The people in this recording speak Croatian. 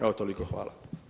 Evo toliko, hvala.